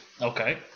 okay